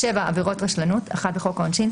עבירות רשלנות בחוק העונשין,